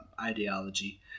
ideology